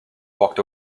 walked